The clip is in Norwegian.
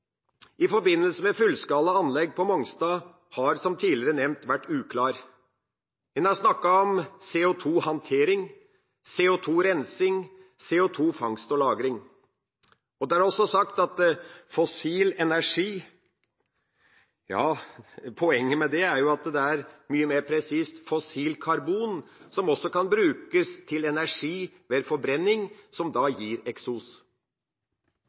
i forbindelse med fullskala anlegg på Mongstad har, som tidligere nevnt, vært uklar. En har snakket om CO2-handtering, CO2-rensing, CO2-fangst og -lagring. Det er også sagt fossil energi – ja, poenget med det er jo at det er mye mer presist «fossilt karbon», som også kan brukes til energi ved forbrenning, som da gir eksos.